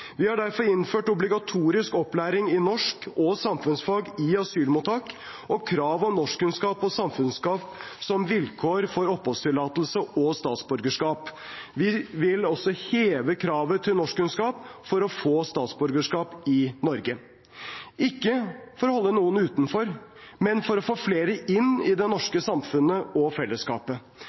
Vi har derfor innført obligatorisk opplæring i norsk og samfunnsfag i asylmottak og krav om norskkunnskap og samfunnskunnskap som vilkår for oppholdstillatelse og statsborgerskap. Vi vil også heve kravet til norskkunnskap for å få statsborgerskap i Norge – ikke for å holde noen utenfor, men for å få flere inn i det norske samfunnet og fellesskapet.